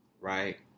right